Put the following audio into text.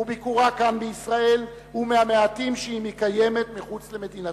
וביקורה כאן בישראל הוא מהמעטים שהיא מקיימת מחוץ למדינתה.